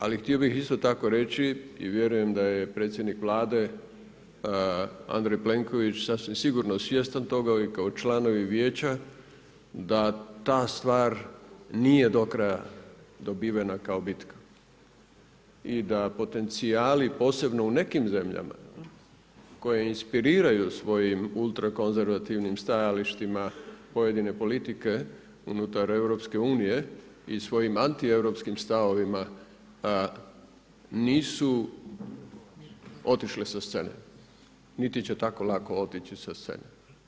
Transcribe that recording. Ali htio bih isto tako reći i vjerujem da je predsjednik Vlade Andrej Plenković sasvim sigurno svjestan toga i kao članovi Vijeća da ta stvar nije do kraja dobivena kao bitka i da potencijali posebno u nekim zemljama koje inspiriraju svojim ultrakonzervativnim stajalištima pojedine politike unutar EU i svojim antieuropskim stavovima nisu otišle sa scene niti će tako lako otići sa scene.